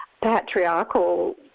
patriarchal